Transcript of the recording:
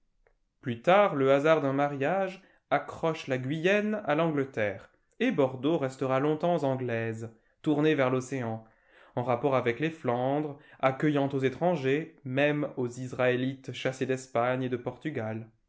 plus tard le hasard d'un mariage accroche la guyenne à l'angleterre et bordeaux restera longtemps anglaise tournée vers l'océan en rapport avec les flandres accueillante aux étrangers même aux israélites chassés d'espagne et de portugal